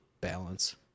Balance